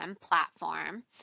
platform